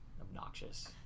obnoxious